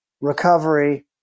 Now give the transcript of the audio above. recovery